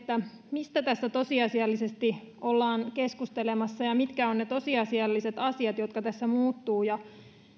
mistä tässä tosiasiallisesti ollaan keskustelemassa ja mitkä ovat ne tosiasiat jotka tässä muuttuvat